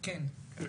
כן.